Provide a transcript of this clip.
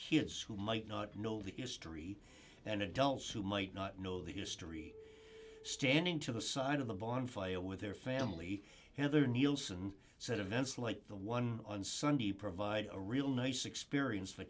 kids who might not know the history and adults who might not know the history standing to the side of the bonfire with their family and other neilson said events like the one on sunday provide a real nice experience for